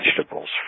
vegetables